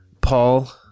Paul